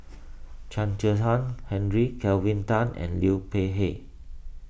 Chen Kezhan Henri Kelvin Tan and Liu Peihe